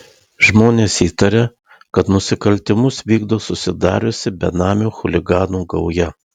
žmonės įtaria kad nusikaltimus vykdo susidariusi benamių chuliganų gauja